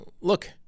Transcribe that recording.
look